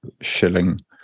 shilling